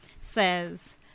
says